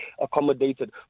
accommodated